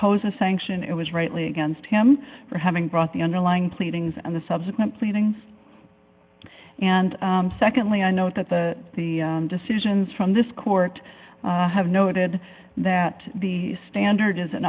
pose a sanction it was rightly against him for having brought the underlying pleadings and the subsequent pleadings and secondly i know that the the decisions from this court have noted that the standard is an